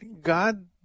God